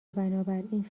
بنابراین